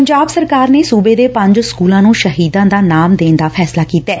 ਪੰਜਾਬ ਸਰਕਾਰ ਨੇ ਸੁਬੇ ਦੇ ਪੰਜ ਸਕੁਲਾਂ ਨੁੰ ਸ਼ਹੀਦਾਂ ਦਾ ਨਾਮ ਦੇਣ ਦਾ ਫ਼ੈਸਲਾ ਕੀਤੈ